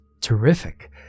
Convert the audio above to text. terrific